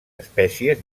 espècies